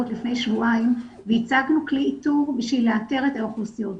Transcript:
לפני שבועיים והצגנו כלי איתור כדי לאתר את האוכלוסיות.